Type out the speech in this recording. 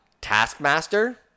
Taskmaster